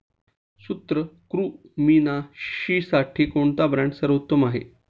सूत्रकृमिनाशीसाठी कोणता ब्रँड सर्वोत्तम आहे?